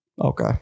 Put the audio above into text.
Okay